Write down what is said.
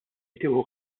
tieħu